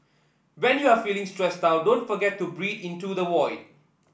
when you are feeling stressed out don't forget to breathe into the void